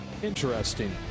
Interesting